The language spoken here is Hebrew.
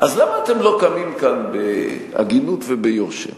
אז למה אתם לא קמים כאן בהגינות וביושר